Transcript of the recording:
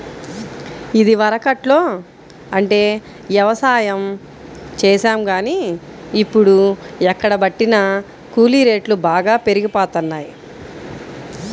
ఇదివరకట్లో అంటే యవసాయం చేశాం గానీ, ఇప్పుడు ఎక్కడబట్టినా కూలీ రేట్లు బాగా పెరిగిపోతన్నయ్